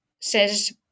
says